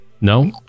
No